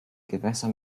gewässer